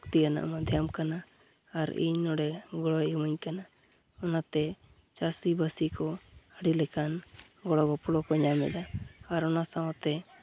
ᱞᱟᱹᱠᱛᱤᱭᱟᱱᱟᱜᱫ ᱢᱟᱫᱽᱭᱟᱢ ᱠᱟᱱᱟ ᱟᱨ ᱤᱧ ᱱᱚᱰᱮ ᱜᱚᱲᱚᱭ ᱤᱢᱟᱹᱧ ᱠᱟᱱᱟ ᱟᱱᱟᱛᱮ ᱪᱟᱹᱥᱤᱵᱟᱹᱥᱤ ᱠᱚ ᱟᱹᱰᱤᱞᱮᱠᱟᱱ ᱜᱚᱲᱚᱼᱜᱚᱯᱚᱲᱚ ᱠᱚ ᱧᱟᱢᱮᱫᱟ ᱟᱨ ᱚᱱᱟ ᱥᱟᱶᱛᱮ